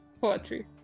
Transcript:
poetry